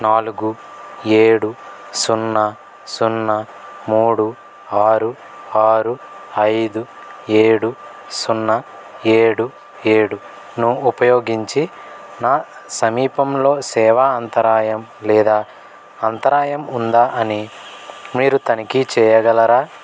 నాలుగు ఏడు సున్నా సున్నా మూడు ఆరు ఆరు ఐదు ఏడు సున్నా ఏడు ఏడును ఉపయోగించి నా సమీపంలో సేవ అంతరాయం లేదా అంతరాయం ఉందా అని మీరు తనిఖీ చెయ్యగలరా